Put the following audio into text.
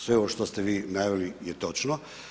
Sve ovo što ste vi naveli je točno.